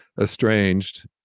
estranged